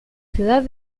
ciudad